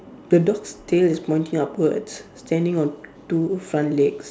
the dog's tail is pointing upwards standing on two front legs